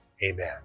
Amen